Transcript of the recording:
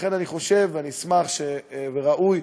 לכן אני חושב, ואני אשמח, וראוי,